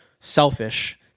selfish